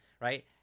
right